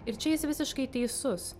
ir čia jis visiškai teisus